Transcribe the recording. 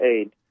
aid